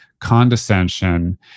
condescension